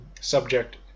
subject